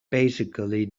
basically